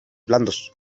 blandos